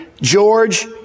George